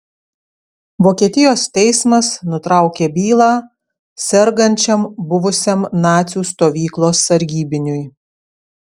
vokietijos teismas nutraukė bylą sergančiam buvusiam nacių stovyklos sargybiniui